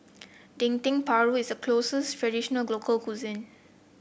Dendeng Paru is a local cuisine